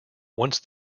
once